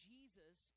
Jesus